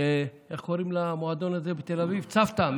איך קוראים למועדון הזה בתל אביב, צוותא?